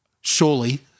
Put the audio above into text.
surely